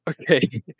Okay